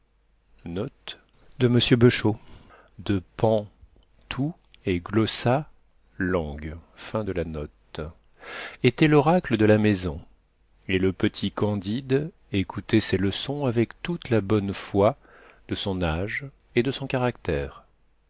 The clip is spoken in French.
était l'oracle de la maison et le petit candide écoutait ses leçons avec toute la bonne foi de son âge et de son caractère